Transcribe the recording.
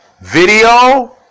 Video